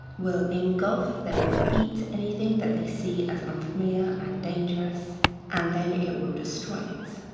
will engulf, the will eat anything that they see as unfamiliar and dangerous and then it will destroy it.